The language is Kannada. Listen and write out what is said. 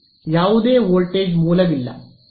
ಯಾವುದೇ ವೋಲ್ಟೇಜ್ ಮೂಲವಿಲ್ಲ 0